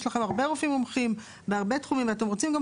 יש לכם הרבה רופאים מומחים בהרבה תחומים ואתם רוצים גם